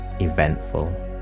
eventful